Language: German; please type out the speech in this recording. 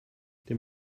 dem